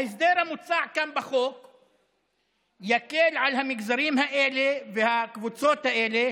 ההסדר המוצע כאן בחוק יקל על המגזרים האלה והקבוצות האלה